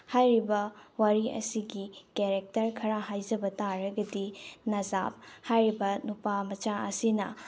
ꯍꯥꯏꯔꯤꯕ ꯋꯥꯔꯤ ꯑꯁꯤꯒꯤ ꯀꯦꯔꯦꯛꯇꯔ ꯈꯔ ꯍꯥꯏꯖꯕ ꯇꯥꯔꯒꯗꯤ ꯅꯖꯥꯞ ꯍꯥꯏꯔꯤꯕ ꯅꯨꯄꯥꯃꯆꯥ ꯑꯁꯤꯅ